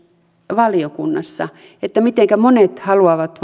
valiokunnassa mitenkä monet haluavat